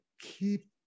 keep